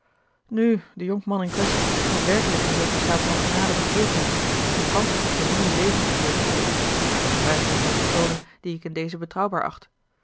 nu de jonkman in quaestie moet werkelijk in zulk een staat van genade verkeerd hebben en ganschelijk tot een nieuw leven bekeerd zijn naar t getuigenis van personen die ik in dezen betrouwbaar acht